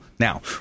Now